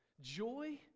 Joy